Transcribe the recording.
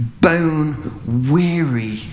bone-weary